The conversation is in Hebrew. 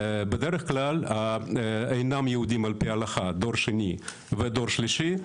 בדרך כלל אינם יהודים על-פי ההלכה דור שני ודור שלישי,